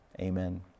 Amen